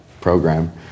program